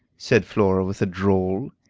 said flora with a drawl.